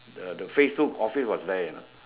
the the phase two coffee was there you know